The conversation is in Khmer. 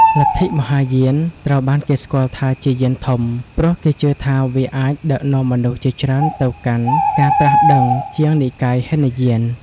លទ្ធិមហាយាន ត្រូវបានគេស្គាល់ថាជាយានធំ ព្រោះគេជឿថាវាអាចដឹកនាំមនុស្សជាច្រើនទៅកាន់ការត្រាស់ដឹងជាងនិកាយហីនយាន។